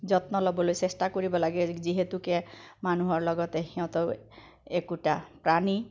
যত্ন ল'বলৈ চেষ্টা কৰিব লাগে যিহেতুকে মানুহৰ লগতে সিহঁতো একোটা প্ৰাণী